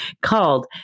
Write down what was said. called